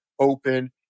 open